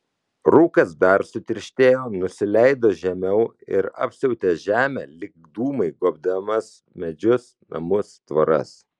rūkas dar sutirštėjo nusileido žemiau ir apsiautė žemę lyg dūmai gobdamas medžius namus tvoras